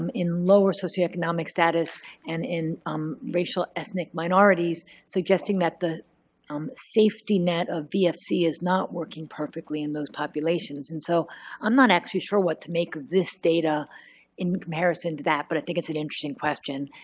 um in lower socioeconomic status and in um racial ethnic minorities. suggesting that the um safety net of vsd is not working perfectly in those populations. and so i'm not actually sure what to make of this data in comparison to that. but i think it's an interesting question.